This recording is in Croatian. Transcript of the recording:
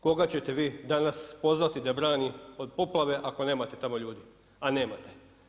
Koga ćete vi danas pozvati da brani od poplave ako nemate tamo ljudi, a nemate?